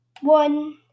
one